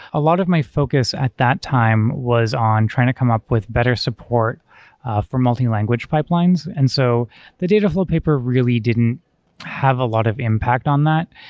a lot of my focus at that time was on trying to come up with better support for multi-language pipelines. and so the dataflow paper really didn't have a lot of impact on that.